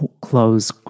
close